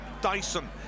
Dyson